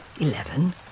eleven